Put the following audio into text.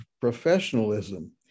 professionalism